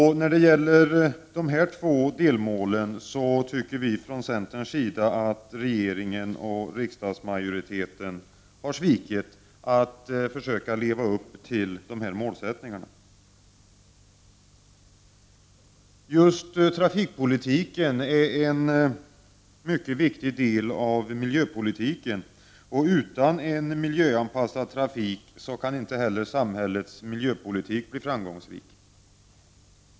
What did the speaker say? När det gäller att försöka leva upp till dessa båda målsättningar tycker vi i centern att regeringen och riksdagsmajoriteten har svikit. , Just trafikpolitiken utgör en mycket viktig del av miljöpolitiken. Utan en miljöanpassad trafik kan samhällets miljöpolitik inte bli framgångsrik.